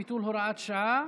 ביטול הוראת שעה),